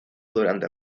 durante